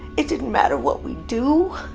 it didn't matter what we do.